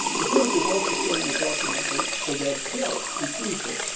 the group is also showing the documentary the red pill on tuesday,